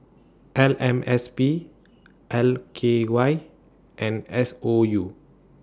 F M S P L K Y and S O U